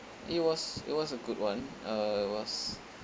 it was it was a good one uh it was